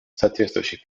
соответствующих